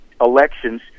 elections